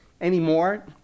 anymore